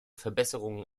verbesserungen